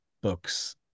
books